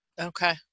Okay